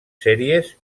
sèries